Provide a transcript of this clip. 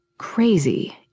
Crazy